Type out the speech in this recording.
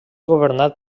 governat